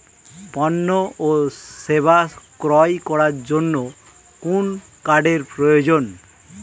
পণ্য ও সেবা ক্রয় করার জন্য কোন কার্ডের প্রয়োজন?